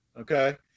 okay